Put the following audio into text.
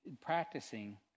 practicing